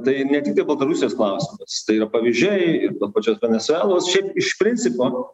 tai ne tiktai baltarusijos klausimas tai yra pavyzdžiai ir tos pačios venesuelos šiaip iš principo